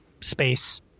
space